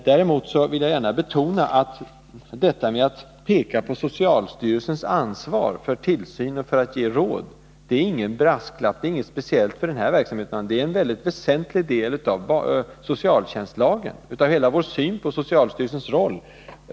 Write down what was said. Däremot vill jag gärna betona att detta att jag pekar på socialstyrelsens ansvar för tillsynen och för att ge råd inte är någon brasklapp, inte är något speciellt för den här verksamheten, utan en väsentlig del av socialtjänstlagen, som hänger samman med hela vår syn på socialstyrelsens roll.